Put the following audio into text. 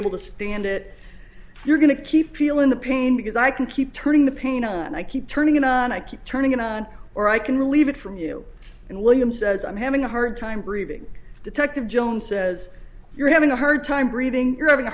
able to stand it you're going to keep feeling the pain because i can keep turning the pain and i keep turning it on i keep turning it on or i can relieve it from you and william says i'm having a hard time breathing detective jones says you're having a hard time breathing you're having a